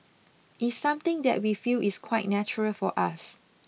it's something that we feel is quite natural for us